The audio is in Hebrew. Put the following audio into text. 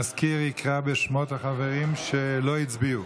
בשמות החברים שלא הצביעו.